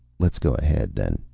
let's go ahead, then.